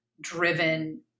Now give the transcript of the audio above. driven